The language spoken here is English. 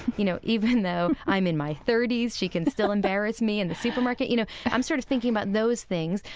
you know, even though i'm in my thirty s, she can still embarrass me in the supermarket. you know, i'm sort of thinking about those things.